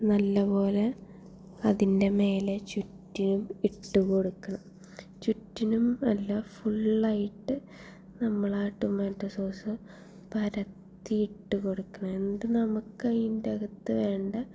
നല്ലപോലെ അതിൻറെ മേലെ ചുറ്റിലും ഇട്ടു കൊടുക്കണം ചുറ്റിനും അല്ല ഫുള്ളായിട്ട് നമ്മൾ ആ ടുമാറ്റോ സോസ്സ് പരത്തി ഇട്ടു കൊടുക്കണം എന്നിട്ട് നമുക്കതിൻ്റെ അകത്ത് വേണ്ട